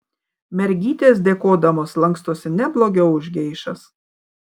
mergytės dėkodamos lankstosi ne blogiau už geišas